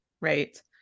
right